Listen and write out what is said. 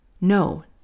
No